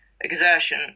exertion